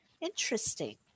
Interesting